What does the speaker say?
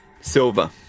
Silva